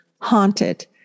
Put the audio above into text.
haunted